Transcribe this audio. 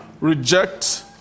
reject